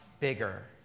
bigger